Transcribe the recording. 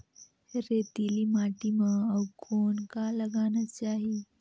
रेतीली माटी म अउ कौन का लगाना चाही?